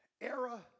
era